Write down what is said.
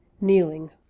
kneeling